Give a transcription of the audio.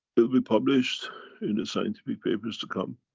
will be published in the scientific papers to come.